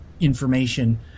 information